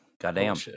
Goddamn